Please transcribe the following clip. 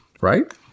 Right